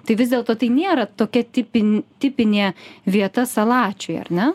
tai vis dėlto tai nėra tokia tipin tipinė vieta salačiui ar ne